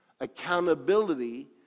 Accountability